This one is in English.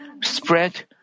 spread